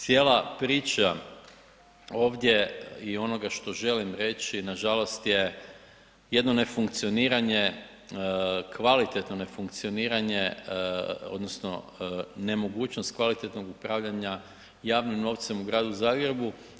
Cijela priča ovdje i onoga što želim reći nažalost je jedno nefunkcioniranje, kvalitetno nefunkcioniranje, odnosno nemogućnost kvalitetnog upravljanja javnim novcem u gradu Zagrebu.